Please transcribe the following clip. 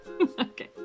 Okay